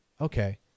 okay